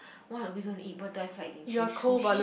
what are we going to eat what do you feel like eating sus~ sushi